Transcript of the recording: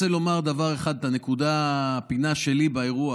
אבל אני רוצה להגיד נקודה שהיא פינה שלי באירוע.